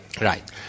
Right